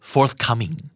Forthcoming